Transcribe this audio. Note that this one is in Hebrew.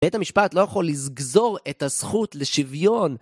בית המשפט לא יכול לגזור את הזכות לשוויון